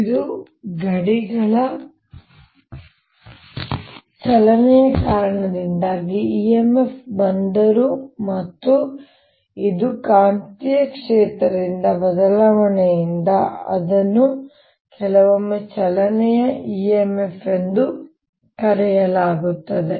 ಇದು ಗಡಿಗಳ ಚಲನೆಯ ಕಾರಣದಿಂದಾಗಿ e m f ಬಂದರೂ ಮತ್ತು ಇದು ಕಾಂತೀಯ ಕ್ಷೇತ್ರದ ಬದಲಾವಣೆಯಿಂದಾಗಿ ಅದನ್ನು ಕೆಲವೊಮ್ಮೆ ಚಲನೆಯ e m f ಎಂದು ಕರೆಯಲಾಗುತ್ತದೆ